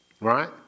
Right